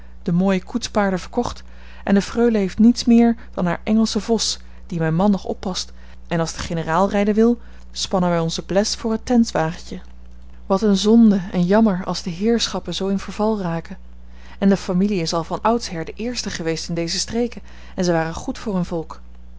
de mooie koetspaarden verkocht en de freule heeft niets meer dan haar engelschen vos dien mijn man nog oppast en als de generaal rijden wil spannen wij onzen bles voor het tentwagentje wat een zonde en jammer als de heerschappen zoo in verval raken en de familie is al van oudsher de eerste geweest in deze streken en ze waren goed voor hun volk